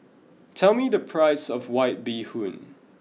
tell me the price of white bee hoon